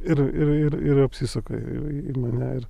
ir ir ir ir apsisuka į mane ir